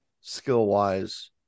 skill-wise